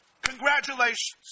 Congratulations